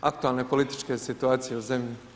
aktualne političke situacije u zemlji, hvala.